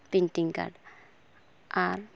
painting card R